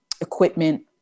equipment